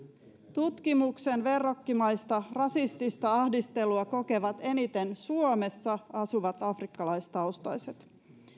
tutkimuksen verrokkimaista rasistista ahdistelua kokevat eniten suomessa asuvat afrikkalaistaustaiset